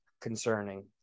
concerning